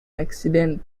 accident